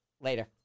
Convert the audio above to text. Later